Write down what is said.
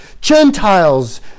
Gentiles